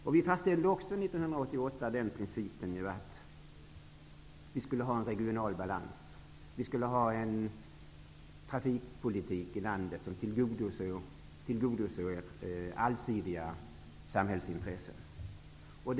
Principen om en regional balans fastställdes också 1988, dvs. en trafikpolitik i landet som tillgodoser allsidiga samhällsintressen.